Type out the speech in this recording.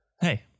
Hey